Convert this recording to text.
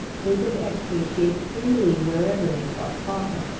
they could expatiate freely wherever they thought proper.